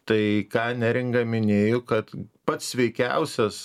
tai ką neringa minėjo kad pats sveikiausias